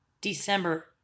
December